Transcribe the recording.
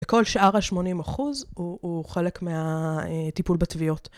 וכל שאר ה-80 אחוז הוא חלק מהטיפול בתביעות.